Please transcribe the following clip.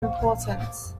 importance